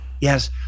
Yes